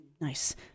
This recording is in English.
Nice